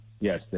Yes